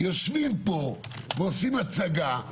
יושבים פה ועושים הצגה,